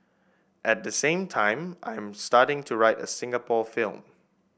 at the same time I am starting to write a Singapore film